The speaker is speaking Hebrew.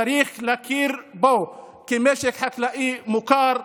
צריך להכיר בהם כמשק חקלאי מוכר,